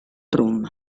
rum